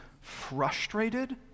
frustrated